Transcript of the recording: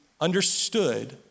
understood